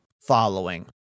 following